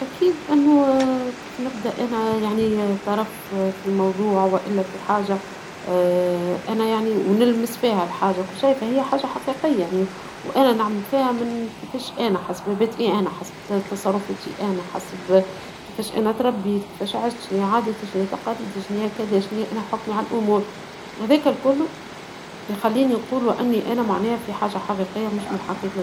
أكيد أنو كيف نبدا أنا يعني طرف في موضوع وإلا في حاجة اا انا يعني ونلمس فيها الحاجة كو شايفة هي حاجة حقيقية يعني وانا نعمل فيها من كيفاش انا حسب مبادئى أنا حسب تصرفتي أنا حسب كيفاش أنا تربيت كيفاش عشت، شنيا عاداتى شنيا إعتقاداتى شنيا كذا شنيا أنا حكمى على الأمور هذاكا الكلوا يخليني نقول وإني أنا في حاجة حقيقية مش مو حاكيت.